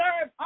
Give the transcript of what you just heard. serve